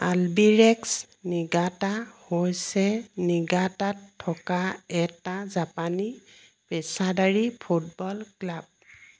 Albirex Niigata হৈছে নিগাটাত থকা এটা জাপানী পেচাদাৰী ফুটবল ক্লাব